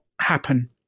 happen